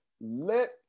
let